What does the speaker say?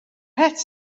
het